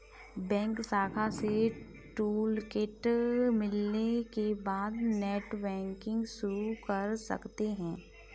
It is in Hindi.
बैंक शाखा से टूलकिट मिलने के बाद नेटबैंकिंग शुरू कर सकते है